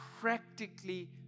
practically